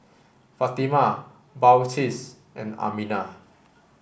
Fatimah Balqis and Aminah